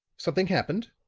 something happened?